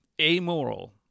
Amoral